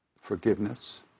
forgiveness